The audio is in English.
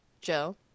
Joe